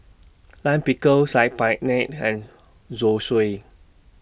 Lime Pickle Saag Paneer and Zosui